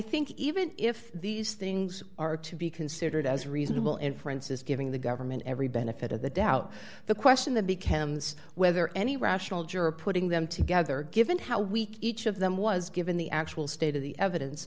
think even if these things are to be considered as reasonable inferences giving the government every benefit of the doubt the question then becomes whether any rational juror putting them together given how weak each of them was given the actual state of the evidence